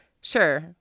Sure